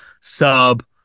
sub